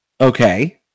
Okay